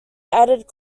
added